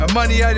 money